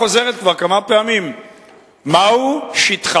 החוזרת כבר כמה פעמים: מהו שטחה,